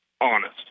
honest